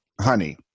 honey